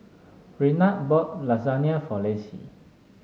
Renard bought Lasagna for Lacie